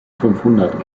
fünfhundert